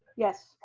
yes.